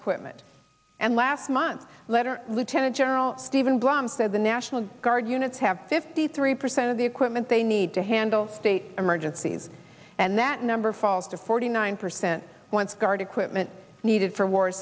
equipment and last month letter lieutenant general steven blum said the national guard units have fifty three percent of the equipment they need to handle state emergencies and that number falls to forty nine percent once guard equipment needed for war